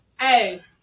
Hey